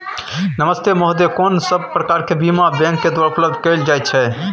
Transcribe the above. नमस्ते महोदय, कोन सब प्रकार के बीमा बैंक के द्वारा उपलब्ध कैल जाए छै?